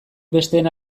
besteen